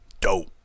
dope